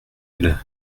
elle